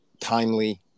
timely